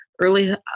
early